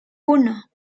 uno